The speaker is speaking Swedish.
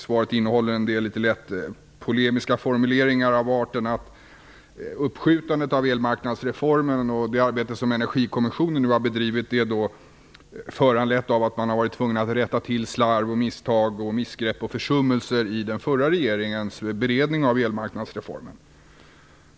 Svaret innehåller en del litet lätt polemiska formuleringar av arten att uppskjutandet av elmarknadsreformen och det arbete som Energikommissionen har bedrivit är föranlett av att man har varit tvungen att rätta till slarv, misstag, missgrepp och försummelser i den förra regeringens beredning av elmarknadsreformen.